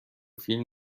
فیلم